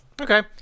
Okay